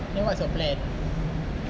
then what's your plan